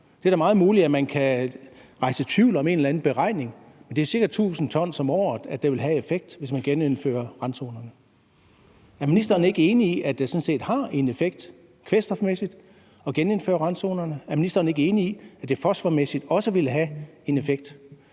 Det er da meget muligt, at man kan rejse tvivl om en eller anden beregning, men det er ca. 1.000 t om året, det vil have i effekt, hvis man genindfører randzonerne. Er ministeren ikke enig i, at det sådan set har en effekt kvælstofmæssigt at genindføre randzonerne? Er ministeren ikke enig i, at det fosformæssigt også ville have en effekt?